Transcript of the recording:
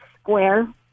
Square